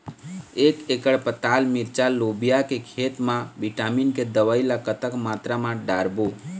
एक एकड़ पताल मिरचा लोबिया के खेत मा विटामिन के दवई ला कतक मात्रा म डारबो?